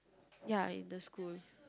ya in the school